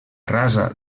rasa